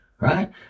right